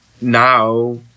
now